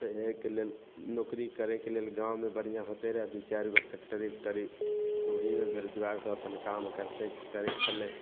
तऽ अइके लेल नौकरी करयके लेल गाँवमे बढ़िआँ होतय रहए दू चारि गो फैक्ट्री उकटरी तऽ ओहीमे बेरोजगार सब अपन काम करतय करय छलै